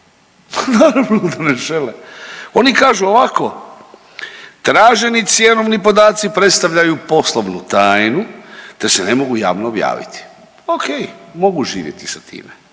Naravno da ne žele. Oni kažu ovako, traženi cjenovni podaci predstavljaju poslovnu tajnu te se ne mogu javno objaviti. Ok, mogu živjeti sa time.